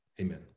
Amen